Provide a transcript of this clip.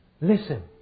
Listen